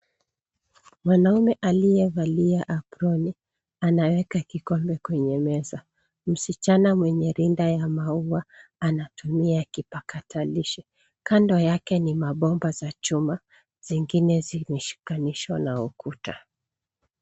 Mwanaume aliyevalia aproni anaweka kikombe kwenye meza, msichana mwenye rinda ya maua anatumia kipakatilishi kando yake ni mabomba za chuma zingine zimeshikanishwa na ukuta